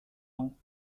ans